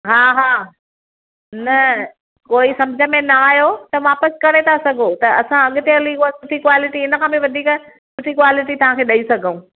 हा हा न कोई समुझ में न आयो त वापसि करे था सघो त असां अॻिते हली उहा सुठी क्वालिटी इन खां बि वधीक सुठी क्वालिटी तव्हां खे ॾेई सघूं